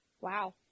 wow